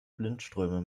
blindströme